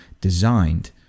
designed